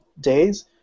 days